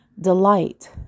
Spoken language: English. delight